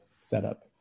setup